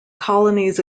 colonies